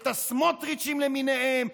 את הסמוטריצ'ים למיניהם,